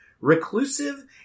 Reclusive